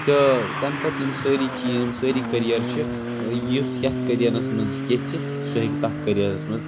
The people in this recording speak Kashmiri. تہٕ تَمہِ پَتہٕ یِم سٲرِی چیٖز یِم سٲرِی کیریَر چھِ یُس یَتھ کیریَرَس منٛز ییٚژھِ سُہ ہؠکہِ تَتھ کیریَرَس منٛز